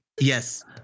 Yes